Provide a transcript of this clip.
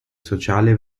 sociale